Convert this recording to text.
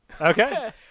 Okay